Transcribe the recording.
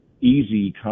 easy